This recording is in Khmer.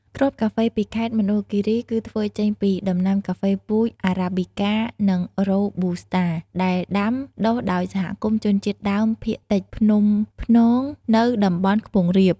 គ្រាប់កាហ្វេពីខេត្តមណ្ឌលគិរី គឺធ្វើចេញពីដំណាំកាហ្វេពូជ អារ៉ាប៊ីកា និង រ៉ូប៊ូស្តា ដែលដាំដុះដោយសហគមន៍ជនជាតិដើមភាគតិចភ្នំ ព្នង នៅតំបន់ខ្ពង់រាប។